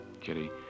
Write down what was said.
Kitty